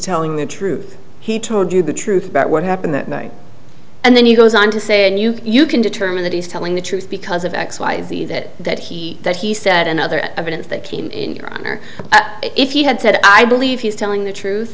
telling the truth he told you the truth about what happened that night and then he goes on to say and you can determine that he's telling the truth because of x y z that that he that he said and other evidence that came in or if you had said i believe he's telling the truth